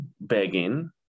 begging